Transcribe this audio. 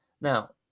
Now